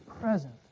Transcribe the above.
present